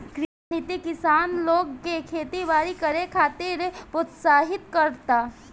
कृषि नीति किसान लोग के खेती बारी करे खातिर प्रोत्साहित करता